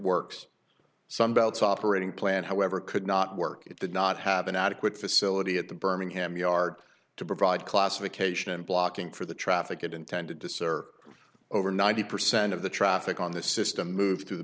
works some belt's operating plan however could not work it did not have an adequate facility at the birmingham yard to provide classification and blocking for the traffic it intended to serve over ninety percent of the traffic on the system move through the